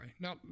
Now